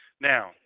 Now